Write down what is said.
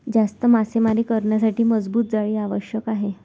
जास्त मासेमारी करण्यासाठी मजबूत जाळी आवश्यक आहे